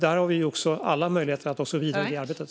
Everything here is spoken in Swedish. Där har vi alla möjligheter att ta oss vidare i arbetet.